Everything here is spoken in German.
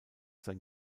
sein